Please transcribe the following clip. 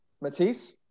matisse